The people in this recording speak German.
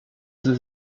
sie